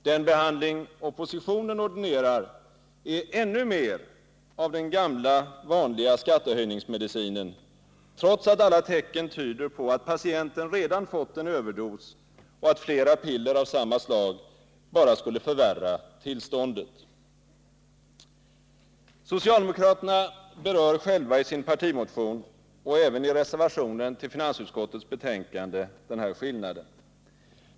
Den behandling oppositionen ordinerar är ännu mer av den gamla vanliga skattehöjningsmedicinen, trots att alla tecken tyder på att patienten redan fått en överdos och att flera piller av samma slag bara skulle förvärra tillståndet. Socialdemokraterna berör själva i sin partimotion — och även i reservationen till finansutskottets betänkande — denna skillnad.